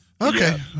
Okay